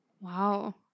Wow